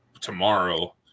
tomorrow